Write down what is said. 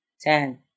Ten